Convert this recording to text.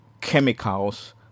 chemicals